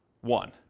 one